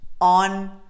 on